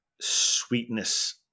sweetness